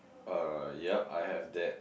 uh yup I have that